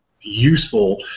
useful